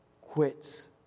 quits